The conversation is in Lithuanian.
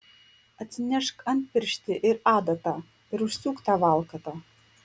atsinešk antpirštį ir adatą ir užsiūk tą valkatą